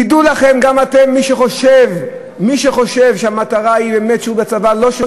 תדעו לכם גם אתם: מי שחושב שהמטרה היא באמת שירות בצבא,